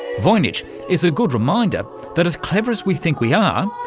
voynich is a good reminder that as clever as we think we are,